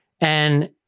And-